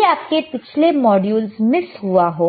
यदि आपके पिछले मॉड्यूलस मिस हुआ हो